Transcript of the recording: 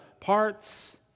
parts